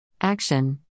Action